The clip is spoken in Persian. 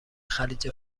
خلیج